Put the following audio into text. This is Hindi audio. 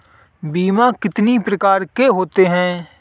बीमा कितनी प्रकार के होते हैं?